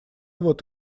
вот